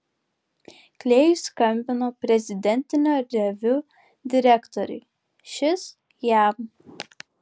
klėjus skambino prezidentinio reviu direktoriui šis jam